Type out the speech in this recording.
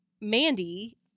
Mandy